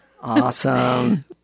Awesome